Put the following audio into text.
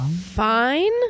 Fine